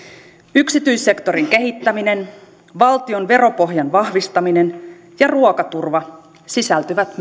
yksityissektorin kehittäminen valtion veropohjan vahvistaminen ja ruokaturva sisältyvät